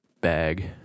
bag